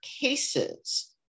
cases